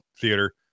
theater